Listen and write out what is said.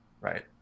right